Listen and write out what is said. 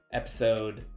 episode